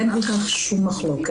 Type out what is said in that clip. אין על כך שום מחלוקת.